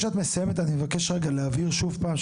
מבקש להבהיר שוב: